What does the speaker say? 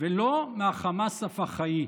ולא מהחמאס הפח"עי.